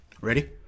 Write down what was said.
ready